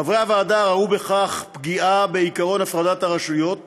חברי הוועדה ראו בכך פגיעה בעקרון הפרדת הרשויות